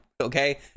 Okay